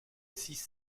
six